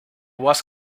was